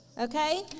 Okay